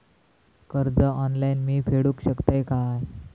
कर्ज ऑनलाइन मी फेडूक शकतय काय?